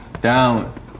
down